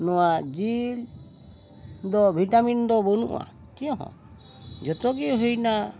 ᱱᱚᱣᱟ ᱡᱤᱞ ᱫᱚ ᱵᱷᱤᱴᱟᱢᱤᱱ ᱫᱚ ᱵᱟᱹᱱᱩᱜᱼᱟ ᱴᱷᱤᱠ ᱪᱮᱫ ᱦᱚᱸ ᱡᱷᱚᱛᱚ ᱜᱮ ᱦᱩᱭᱱᱟ